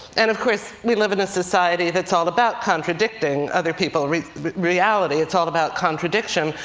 and of course we live in a society that's all about contradicting other peoples' reality. it's all about contradiction,